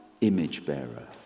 image-bearer